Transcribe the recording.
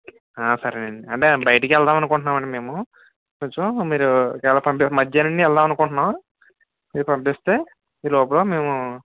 సరే అండి అంటే బైటకి వెల్దాం అనుకుంటున్నాం అండి మేము కొంచెం మీరు ఎలా పంప్ మధ్యాహ్నం నుండి వెల్దామని అనుకుంటున్నాం మీరు పంపిస్తే ఈలోపు మేము